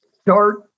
Start